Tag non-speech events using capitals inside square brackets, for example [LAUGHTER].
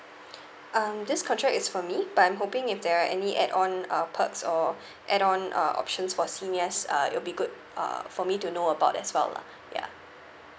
[BREATH] um this contract is for me but I'm hoping if there are any add-on uh perks or [BREATH] add-on uh options for seniors uh it'll be good uh for me to know about as well lah ya